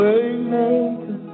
Waymaker